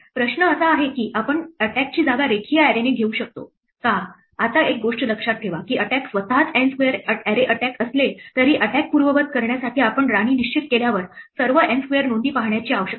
प्रश्न असा आहे की आपण attack ची जागा रेखीय array ने घेऊ शकतो का आता एक गोष्ट लक्षात ठेवा की attack स्वतःच N स्क्वेअर array attack असले तरी attack पूर्ववत करण्यासाठी आपण राणी निश्चित केल्यावर सर्व N स्क्वेअर नोंदी पाहण्याची आवश्यकता नाही